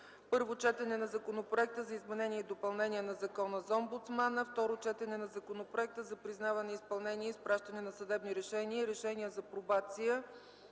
Първо четене на Законопроекта за изменение и допълнение на Закона за омбудсмана. 6. Второ четене на Законопроекта за признаване, изпълнение и изпращане на съдебни решения и решения за пробация